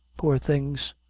poor things!